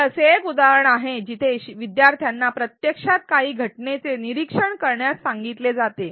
हे असे एक उदाहरण आहे जिथे शिकणाऱ्यांना प्रत्यक्षात काही घटनेचे निरीक्षण करण्यास सांगितले जाते